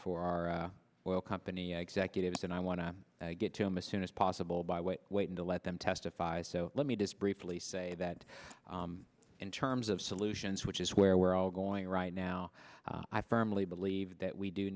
oil company executives and i want to get to them a soon as possible by way waiting to let them testify so let me just briefly say that in terms of solutions which is where we're all going right now i firmly believe that we do